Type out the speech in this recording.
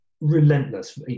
relentless